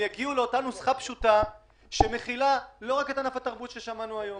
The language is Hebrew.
הם יגיעו לאותה נוסחה פשוטה שמכילה לא רק את ענף התרבות ששמענו היום,